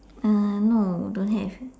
uh no don't have